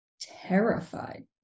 terrified